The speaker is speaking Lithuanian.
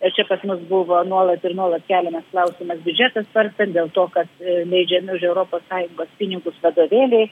ir čia pas mus buvo nuolat ir nuolat keliamas klausimas biudžetą svarstant dėl to kad leidžiami už europos sąjungos pinigus vadovėliai